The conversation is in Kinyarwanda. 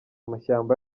mashyamba